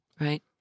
right